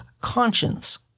Conscience